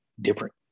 different